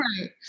right